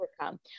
Overcome